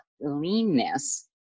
Leanness